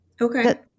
Okay